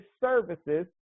services